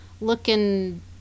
looking